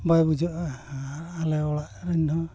ᱵᱟᱭ ᱵᱩᱡᱷᱟᱹᱜᱼᱟ ᱟᱨ ᱟᱞᱮ ᱚᱲᱟᱜ ᱨᱮᱱ ᱦᱚᱸ